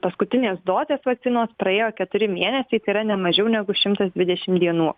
paskutinės dozės vakcinos praėjo keturi mėnesiai tai yra ne mažiau negu šimtas dvidešim dienų